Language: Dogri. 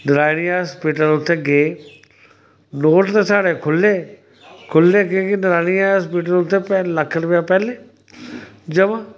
नराइनियां हस्पिटल उत्थै गे नोट ते साढ़े खु'ल्ले खु'ल्ले की के नराइनियां हस्पिटल उत्थै पैं लक्ख रपेआ पैह्लें जमा